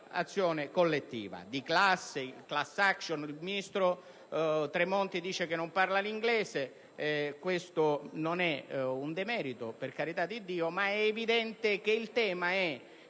sull'azione collettiva, la *classaction*. Il ministro Tremonti dice che non parla l'inglese; non è un demerito, per carità di Dio, ma è evidente che il tema è